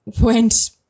went